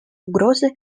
угрозы